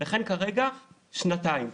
לכן כרגע שנתיים.